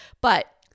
But-